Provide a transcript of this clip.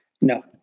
no